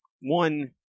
one